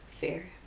Fair